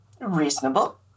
Reasonable